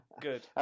Good